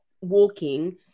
walking